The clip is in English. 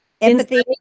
empathy